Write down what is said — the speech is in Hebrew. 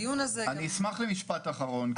אני אשמח למשפט אחרון.